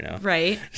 Right